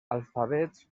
alfabets